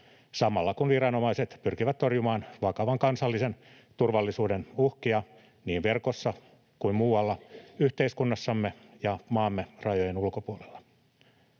samalla, kun viranomaiset pyrkivät torjumaan vakavan kansallisen turvallisuuden uhkia niin verkossa kuin muualla yhteiskunnassamme ja maamme rajojen ulkopuolella.